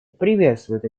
приветствует